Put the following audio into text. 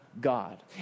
God